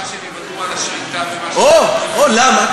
למה שהם יוותרו על השליטה, או, למה?